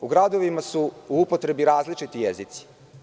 U gradovima u upotrebi različiti jezici.